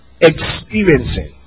Experiencing